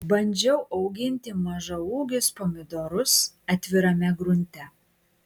bandžiau auginti mažaūgius pomidorus atvirame grunte